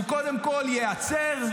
הוא קודם כול ייעצר,